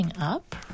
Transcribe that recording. Up